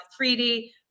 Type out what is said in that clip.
3D